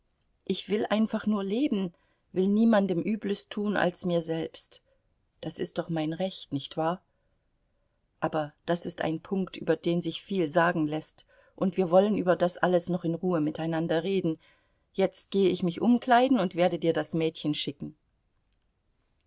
ich will einfach nur leben will niemandem übles tun als mir selbst das ist doch mein recht nicht wahr aber das ist ein punkt über den sich viel sagen läßt und wir wollen über das alles noch in ruhe miteinander reden jetzt gehe ich mich umkleiden und werde dir das mädchen schicken